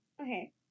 Okay